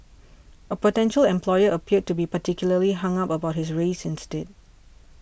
a potential employer appeared to be particularly hung up about his race instead